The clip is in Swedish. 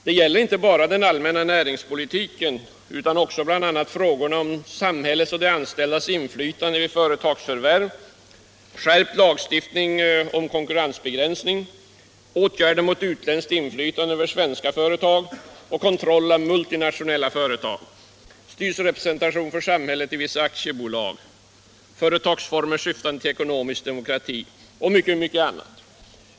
Det gäller inte bara den allmänna näringspolitiken utan också frågor om samhällets och de anställdas inflytande vid företagsförvärv, skärpt lagstiftning om konkurrensbegränsning, åtgärder mot utländskt inflytande över svenska företag, kontroll av multinationella företag, styrelserepresentation för samhället i vissa aktiebolag, företagsformer syftande till ekonomisk demokrati, och mycket annat.